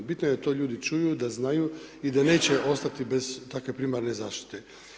Bitno je da to ljudi čuju, da znaju i da neće ostati bez takve primarne zaštite.